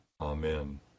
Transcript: Amen